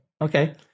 Okay